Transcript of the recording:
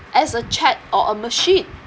as a chat or a machine